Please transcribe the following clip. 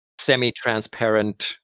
semi-transparent